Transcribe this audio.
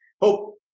Hope